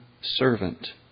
servant